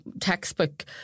textbook